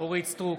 אורית מלכה סטרוק,